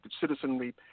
citizenry